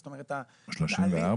זאת אומרת, התהליך --- 34?